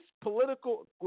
political –